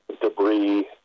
debris